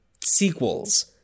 sequels